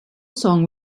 song